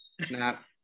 snap